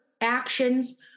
actions